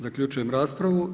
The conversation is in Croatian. Zaključujem raspravu.